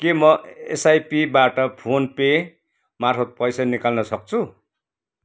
के म एसआइपीबाट फोन पे मार्फत पैसा निकाल्न सक्छु